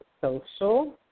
social